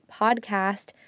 PODCAST